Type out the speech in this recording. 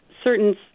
certain